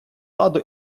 ладу